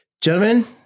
gentlemen